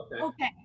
Okay